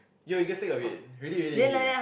you will get sick of it really really really